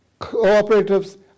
cooperatives